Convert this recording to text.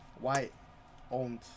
white-owned